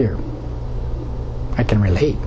here i can relate